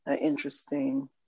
interesting